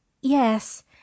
Yes